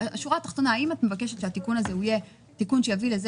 השורה התחתונה, האם את מבקשת שהתיקון הזה יביא לזה